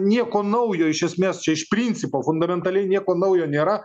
nieko naujo iš esmės čia iš principo fundamentaliai nieko naujo nėra